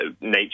nature